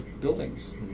buildings